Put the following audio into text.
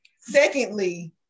Secondly